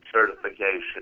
certification